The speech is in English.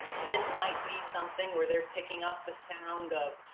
this might be something where they're picking up the sound of